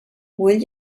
will